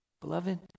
Beloved